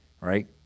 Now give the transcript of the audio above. Right